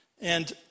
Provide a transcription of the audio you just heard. and